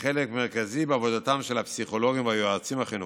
כחלק מרכזי בעבודתם של הפסיכולוגים והיועצים החינוכיים.